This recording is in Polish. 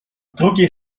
drugiej